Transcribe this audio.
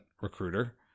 recruiter